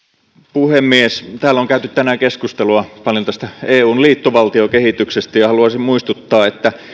puhemies täällä on käyty tänään keskustelua paljon eun liittovaltiokehityksestä ja haluaisin muistuttaa että